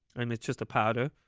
um it's just a powder.